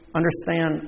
understand